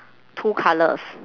two colours